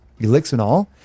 Elixinol